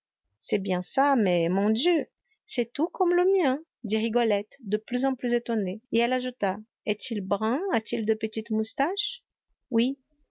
c'est bien ça mais mon dieu c'est tout comme le mien dit rigolette de plus en plus étonnée et elle ajouta est-il brun a-t-il de petites moustaches oui